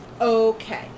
okay